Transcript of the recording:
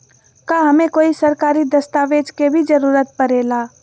का हमे कोई सरकारी दस्तावेज के भी जरूरत परे ला?